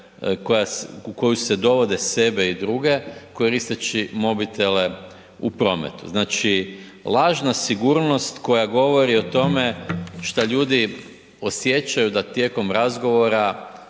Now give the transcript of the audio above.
koju se dovode sebe i druge koristeći mobitele u prometu, znači lažna sigurnost koja govori o tome što ljudi osjećaju da tijekom razgovora